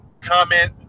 comment